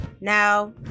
Now